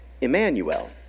Emmanuel